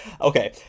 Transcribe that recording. Okay